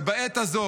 ובעת הזו,